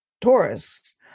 Taurus